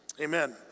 Amen